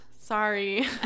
Sorry